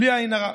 בלי עין הרע.